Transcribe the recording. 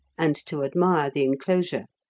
and to admire the enclosure.